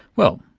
well,